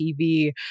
TV